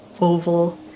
oval